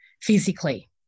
physically